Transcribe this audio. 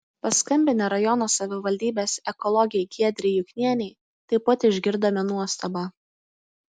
paskambinę rajono savivaldybės ekologei giedrei juknienei taip pat išgirdome nuostabą